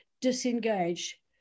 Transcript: disengage